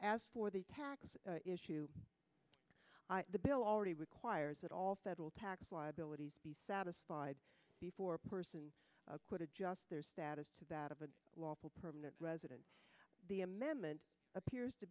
as for the tax issue the bill already requires that all federal tax liability be satisfied before a person could adjust their status to that of a lawful permanent resident the amendment appears to